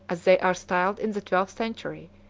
as they are styled in the twelfth century,